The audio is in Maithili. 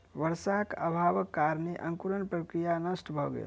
वर्षाक अभावक कारणेँ अंकुरण प्रक्रिया नष्ट भ गेल